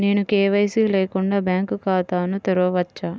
నేను కే.వై.సి లేకుండా బ్యాంక్ ఖాతాను తెరవవచ్చా?